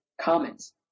comments